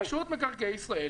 רשות מקרקעי ישראל.